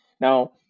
Now